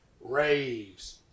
raves